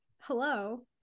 hello